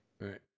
Right